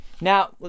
Now